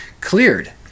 cleared